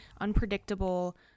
unpredictable